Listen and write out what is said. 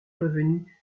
revenue